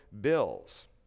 bills